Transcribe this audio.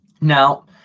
Now